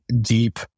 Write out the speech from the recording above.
deep